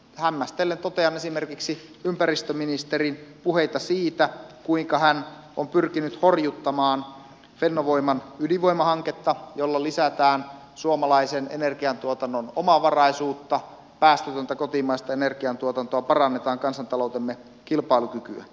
hämmästelen esimerkiksi ympäristöministerin puheita siitä kuinka hän on pyrkinyt horjuttamaan fennovoiman ydinvoimahanketta jolla lisätään suomalaisen energiantuotannon omavaraisuutta päästötöntä kotimaista energiantuotantoa parannetaan kansantaloutemme kilpailukykyä